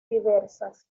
diversas